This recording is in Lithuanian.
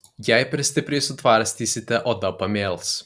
jei per stipriai sutvarstysite oda pamėls